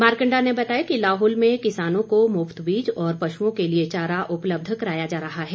मारकंडा ने बताया कि लाहल में किसानों को मुफ़त बीज और पश्ओं के लिए चारा उपलब्ध कराया जा रहा है